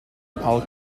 i’ll